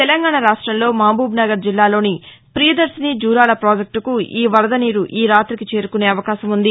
తెలంగాణా రాష్టంలో మహబూబ్నగర్ జిల్లాలోని పియదర్శిని జూరాల పాజెక్టుకు ఈ వరద నీరు ఈ రాతికి చేరుకునే అవకాశం ఉంది